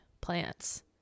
plants